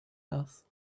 else